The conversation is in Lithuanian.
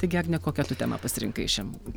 taigi agne kokią tu temą pasirinkai šiandien